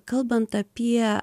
kalbant apie